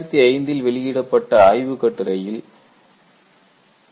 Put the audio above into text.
2005 இல் வெளியிடப்பட்ட ஆய்வுக்கட்டுரையில் 1